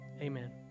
Amen